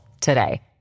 today